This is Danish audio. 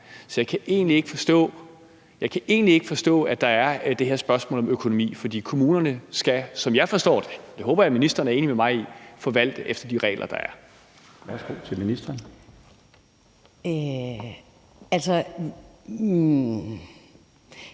Så jeg kan egentlig ikke forstå, at der er det her spørgsmål om økonomi, fordi kommunerne skal, som jeg forstår det – det håber jeg ministeren er enig med mig i – forvalte efter de regler, der er. Kl. 18:14 Den fg. formand